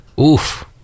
Oof